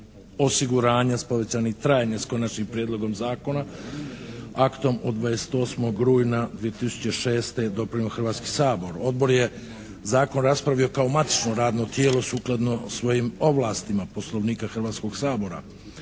osiguranja s povećanim trajanjem s Konačnim prijedlogom zakona aktom od 28. rujna 2006. je …/Govornik se ne razumije./… Hrvatski sabor. Odbor je Zakon raspravio kao matično radno tijelo sukladno svojim ovlastima Poslovnika Hrvatskog sabora.